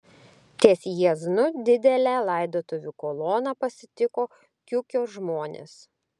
ties jieznu didelę laidotuvių koloną pasitiko kiukio žmonės